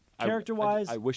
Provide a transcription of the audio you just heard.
character-wise